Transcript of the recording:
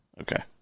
Okay